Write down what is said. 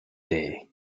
day